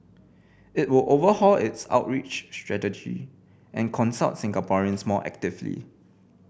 it would overhaul its outreach strategy and consult Singaporeans more actively